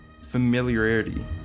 familiarity